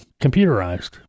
computerized